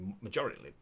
majority